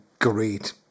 great